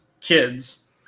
kids